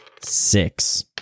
Six